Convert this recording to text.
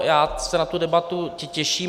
Já se na tu debatu těším.